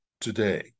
today